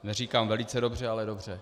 Neříkám velice dobře, ale dobře.